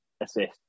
assist